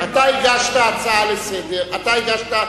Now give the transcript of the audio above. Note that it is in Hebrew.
אתה הגשת הצעת חוק.